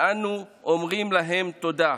ואנו אומרים להם תודה.